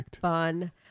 fun